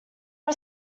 are